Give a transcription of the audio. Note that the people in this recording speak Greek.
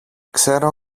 ξέρω